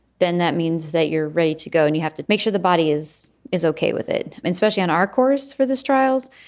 then that means that you're ready to go and you have to make sure the body is is ok with it. especially on our course for this trials,